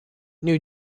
new